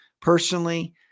Personally